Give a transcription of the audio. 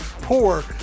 poor